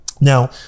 Now